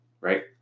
right